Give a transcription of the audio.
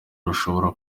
ushobora